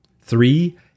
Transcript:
Three